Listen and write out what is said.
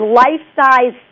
life-size